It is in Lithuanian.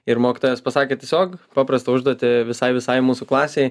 ir mokytojas pasakė tiesiog paprastą užduotį visai visai mūsų klasei